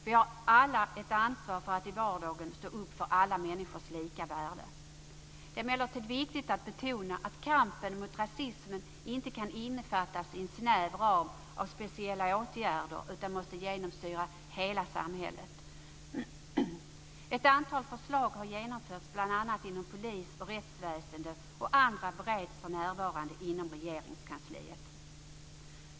Vi har alla ett ansvar för att i vardagen stå upp för alla människors lika värde. Det är emellertid viktigt att betona att kampen mot rasismen inte kan innefattas i en snäv ram av speciella åtgärden. Den måste genomsyra hela samhället. Ett antal förslag har genomförts, bl.a. inom polis och rättsväsende, och andra bereds för närvarande inom Regeringskansliet.